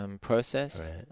process